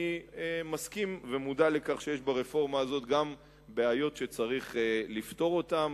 אני מסכים ומודע לכך שיש ברפורמה הזאת גם בעיות שצריך לפתור אותן,